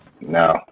No